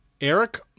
eric